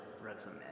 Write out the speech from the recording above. resume